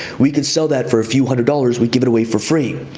we could sell that for a few hundred dollars, we give it away for free.